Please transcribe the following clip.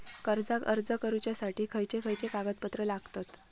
कर्जाक अर्ज करुच्यासाठी खयचे खयचे कागदपत्र लागतत